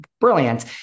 brilliant